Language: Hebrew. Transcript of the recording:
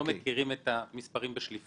אנחנו לא מכירים את המספרים בשליפה.